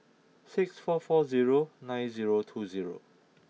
six four four zero nine zero two zero